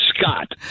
Scott